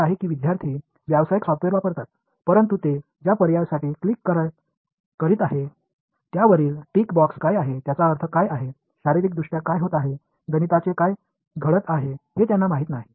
மாணவர்கள் வணிக மென்பொருளைப் பயன்படுத்துவதை நான் பலமுறை பார்த்திருப்பேன் ஆனால் அவர்கள் கிளிக் செய்யும் டிக் பாக்ஸ்க்கு என்ன அர்த்தம்பிசிக்கலி என்ன நடக்கிறது கணித ரீதியாக என்ன நடக்கிறது என்று அவர்களுக்குத் தெரியாது